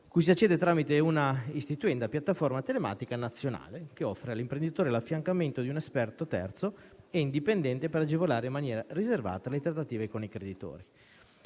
cui si accede tramite una istituenda piattaforma telematica nazionale, che offre all'imprenditore l'affiancamento di un esperto terzo e indipendente per agevolare, in maniera anche riservata, le trattative con i creditori.